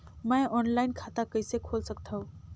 मैं ऑनलाइन खाता कइसे खोल सकथव?